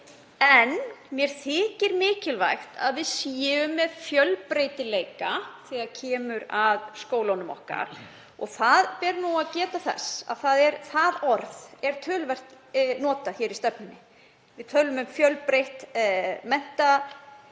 en mér þykir mikilvægt að við séum með fjölbreytileika þegar kemur að skólunum okkar. Þess ber að geta að það orð er töluvert notað í menntastefnunni. Við tölum um fjölbreytt